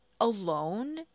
alone